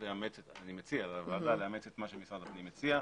אני מציע לוועדה לאמץ את מה שמשרד הפנים מציע.